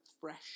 fresh